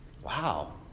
Wow